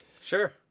Sure